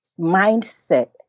mindset